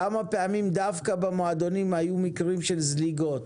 כמה פעמים דווקא במועדונים היו מקרים של זליגות?